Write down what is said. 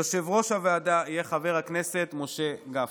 יושב-ראש הוועדה יהיה חבר הכנסת משה גפני.